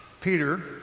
Peter